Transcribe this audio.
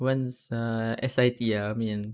once ah S_I_T ah I mean